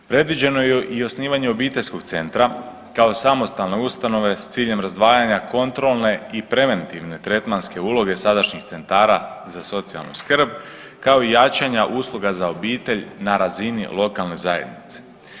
Predviđeno je i osnivanje obiteljskog centra kao samostalne ustanove s ciljem razdvajanja kontrolne i preventivne tretmanske uloge sadašnjih centara za socijalnu skrb, kao i jačanja usluga za obitelj na razini lokalne zajednice.